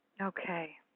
Okay